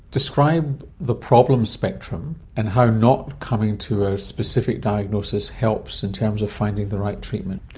describe the problem spectrum and how not coming to a specific diagnosis helps in terms of finding the right treatment.